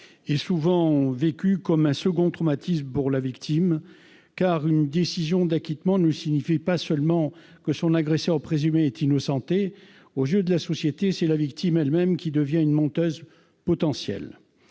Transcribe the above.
est souvent vécue comme un second traumatisme pour la victime. Car une décision d'acquittement ne signifie pas seulement que son agresseur présumé est innocenté : aux yeux de la société, c'est la victime elle-même qui devient une menteuse potentielle,